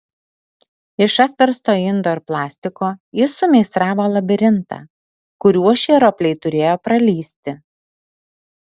iš apversto indo ir plastiko jis sumeistravo labirintą kuriuo šie ropliai turėjo pralįsti